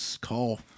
call